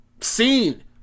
seen